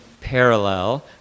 parallel